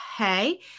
Okay